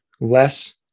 Less